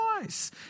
nice